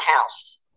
house